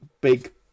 big